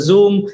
Zoom